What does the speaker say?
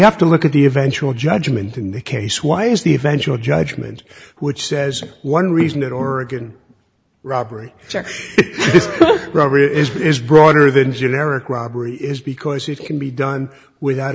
have to look at the eventual judgement in the case why is the eventual judgment which says one reason that oregon robbery this rover is broader than generic robbery is because it can be done without